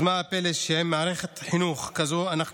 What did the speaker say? אז מה הפלא שעם מערכת חינוך כזאת אנחנו